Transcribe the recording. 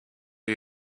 are